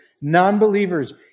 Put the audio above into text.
non-believers